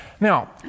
Now